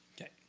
Okay